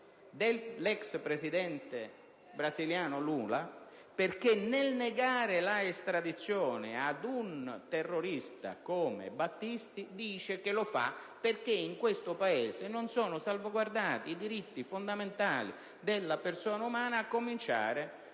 dell'ex presidente brasiliano Lula, il quale ha negato l'estradizione ad un terrorista come Battisti affermando che nel nostro Paese non sono salvaguardati i diritti fondamentali della persona umana, a cominciare